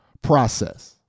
process